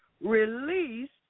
released